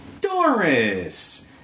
Doris